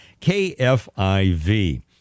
KFIV